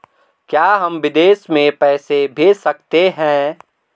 क्या हम विदेश में पैसे भेज सकते हैं?